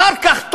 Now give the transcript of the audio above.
אחר כך,